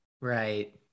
Right